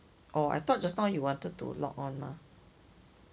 oh I thought just now you wanted to log on mah